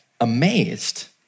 amazed